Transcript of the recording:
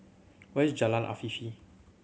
where is Jalan Afifi